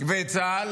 ואת צה"ל?